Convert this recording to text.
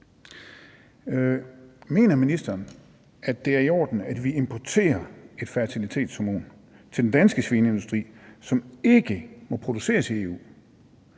Mener ministeren, at det er i orden, at vi importerer et fertilitetshormon til den danske svineindustri, som ikke må produceres i EU,